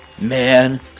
man